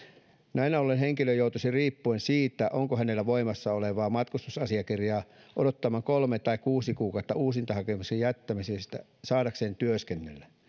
näin ollen henkilö joutuisi riippuen siitä onko hänellä voimassa olevaa matkustusasiakirjaa odottamaan kolme tai kuusi kuukautta uusintahakemuksen jättämisestä saadakseen työskennellä